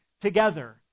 together